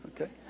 okay